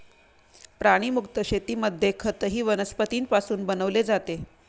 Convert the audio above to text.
प्राणीमुक्त शेतीमध्ये खतही वनस्पतींपासून बनवले जाते